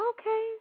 Okay